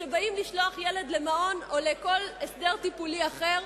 שכשבאים לשלוח ילד למעון או לכל הסדר טיפולי אחר,